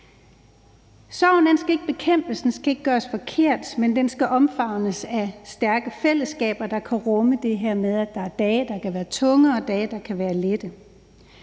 Sorgen skal ikke bekæmpes, og den skal ikke gøres forkert, men omfavnes af stærke fællesskaber, der kan rumme det her med, at der er dage, der kan være tunge, og dage, der kan være lette.